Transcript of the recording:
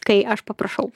kai aš paprašau